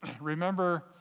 Remember